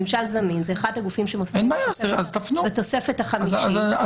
ממשל זמין זה אחד הגופים שמופיעים בתוספת החמישית.